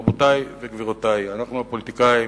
רבותי וגבירותי, אנחנו הפוליטיקאים